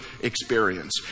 experience